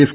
F